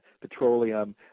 Petroleum